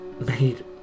made